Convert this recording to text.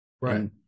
Right